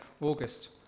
August